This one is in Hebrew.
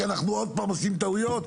כי אנחנו עוד פעם עושים טעויות,